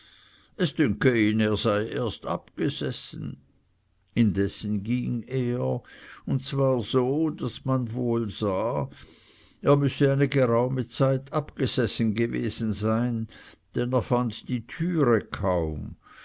er sei erst abgesessen indessen ging er und zwar so daß man wohl sah er müsse eine geraume zeit abgesessen gewesen sein denn er fand die türe kaum